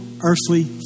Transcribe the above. earthly